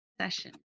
session